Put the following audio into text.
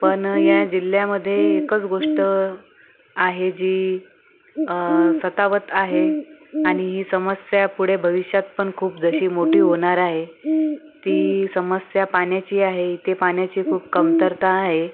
पण या जिल्ह्यामध्ये एकच गोष्ट आहे जी सतावत आहे आणि ही समस्या पुढे भविष्यात पण खूप जशी मोठी होणार आहे ती समस्या पाण्याची आहे इथे पाण्याची खूप कमतरता आहे